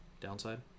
downside